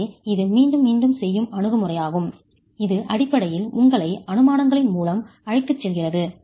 எனவே இது மீண்டும் மீண்டும் செய்யும் அணுகுமுறையாகும் இது அடிப்படையில் உங்களை அனுமானங்களின் மூலம் அழைத்துச் செல்கிறது